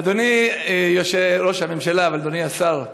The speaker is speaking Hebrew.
אדוני ראש הממשלה ואדוני השר,